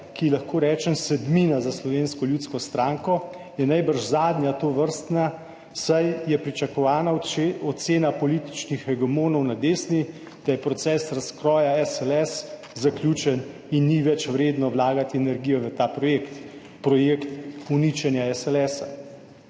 ki ji lahko rečem sedmina za Slovensko ljudsko stranko, je najbrž zadnja tovrstna, saj je pričakovana ocena političnih hegemonov na desni, da je proces razkroja SLS zaključen in ni več vredno vlagati energije v ta projekt, projekt uničenja SLS.